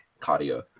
cardio